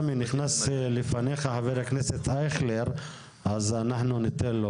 נכנס לפניך חבר הכנסת אייכלר אז אנחנו ניתן לו,